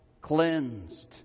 Cleansed